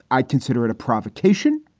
i consider it a provocation.